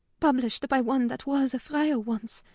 published by one that was a friar once,